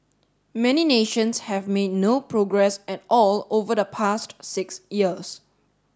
many nations have made no progress at all over the past six years